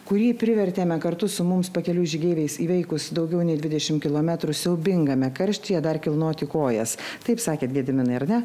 kurį privertėme kartu su mums pakeliui žygeiviais įveikus daugiau nei dvidešimt kilometrų siaubingame karštyje dar kilnoti kojas taip sakėt gediminai ar ne